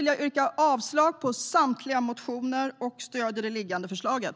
Jag yrkar avslag på samtliga motioner och stöder det liggande förslaget.